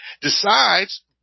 decides